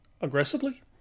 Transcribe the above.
aggressively